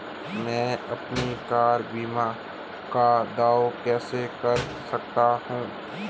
मैं अपनी कार बीमा का दावा कैसे कर सकता हूं?